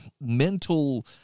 mental